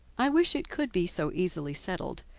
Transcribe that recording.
i wish it could be so easily settled.